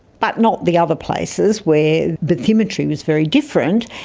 but not the other places where the telemetry was very different.